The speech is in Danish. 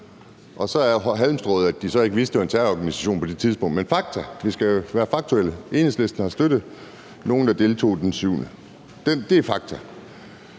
Og så er halmstrået, at de så ikke vidste, det var en terrororganisation på det tidspunkt. Men fakta er – vi skal jo være faktuelle – at Enhedslisten har støttet nogle, der deltog den 7. oktober. Det er fakta.